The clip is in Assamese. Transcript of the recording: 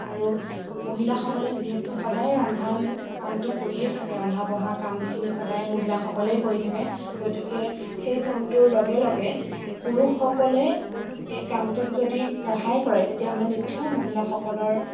আৰু মহিলাসকলে যিহেতু সদায় ৰন্ধা কামটো কৰিয়ে থাকে ৰন্ধা বঢ়া কামখিনি সদায় মহিলাসকলেই কৰি থাকে গতিকে সেই কামটোৰ লগে লগে পুৰুষসকলে এই কামটোত যদি সহায় কৰে তেতিয়াহ'লে নিশ্চয় মহিলাসকলৰ